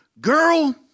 girl